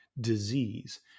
disease